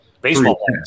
Baseball